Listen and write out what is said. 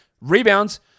Rebounds